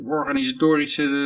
organisatorische